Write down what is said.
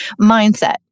mindset